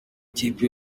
ikipe